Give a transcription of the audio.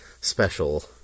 special